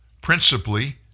principally